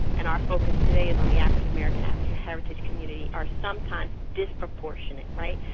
and our focus today is on the african american african heritage, community, are sometimes disproportionate, right?